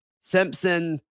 Simpson